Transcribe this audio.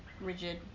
rigid